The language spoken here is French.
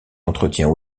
entretient